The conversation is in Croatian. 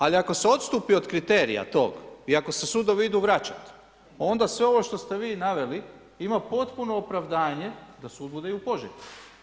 Ali ako se odstupi od kriterija tog i ako se sudovi idu vraćati onda sve ovo što ste vi naveli ima potpuno opravdanje da sud bude i u Požegi.